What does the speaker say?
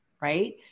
right